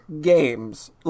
games